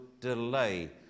delay